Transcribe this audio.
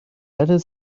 letter